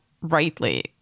rightly